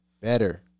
better